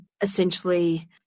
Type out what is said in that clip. essentially